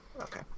Okay